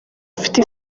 ufite